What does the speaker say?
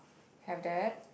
have that